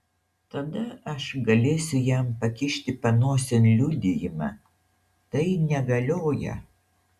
tada aš galėsiu jam pakišti panosėn liudijimą tai negalioja